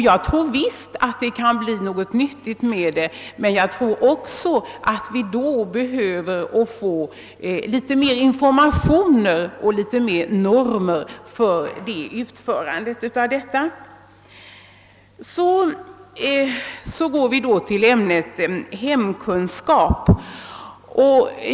Det fritt valda ar betet kan visst bli till nytta, men då behöver vi få något mera information om och normer för dess utförande. Så till ämnet hemkunskap!